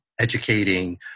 educating